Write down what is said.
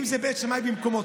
אם זה בית שמאי במקומותיהם,